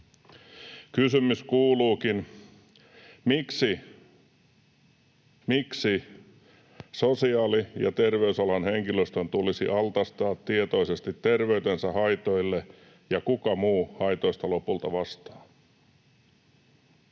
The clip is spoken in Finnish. Kysymys kuuluukin: miksi? Miksi sosiaali‑ ja terveysalan henkilöstön tulisi altistaa tietoisesti terveytensä haitoille, ja kuka muu haitoista lopulta vastaa?